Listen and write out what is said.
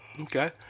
Okay